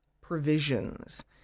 provisions